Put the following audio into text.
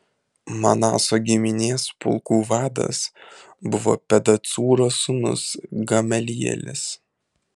manaso giminės pulkų vadas buvo pedacūro sūnus gamelielis